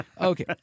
Okay